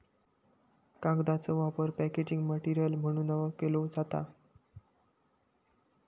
कागदाचो वापर packaging material म्हणूनव केलो जाता